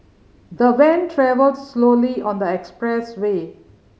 the van travelled slowly on the expressway